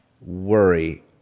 worry